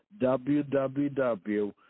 www